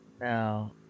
Now